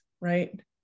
right